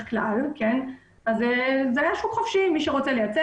כלל - זה היה שוק חופשי ומי שרוצה לייצא,